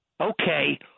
Okay